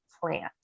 plant